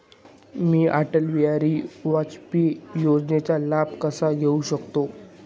मी अटल बिहारी वाजपेयी योजनेचा लाभ कसा घेऊ शकते?